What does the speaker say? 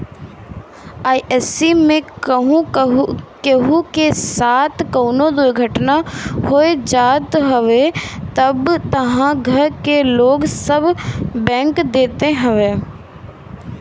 अइसे में केहू के साथे कवनो दुर्घटना हो जात हवे तअ घर के लोन सब बैंक देत हवे